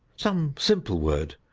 some simple word,